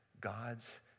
God's